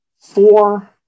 four